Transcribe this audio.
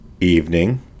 Evening